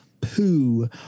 poo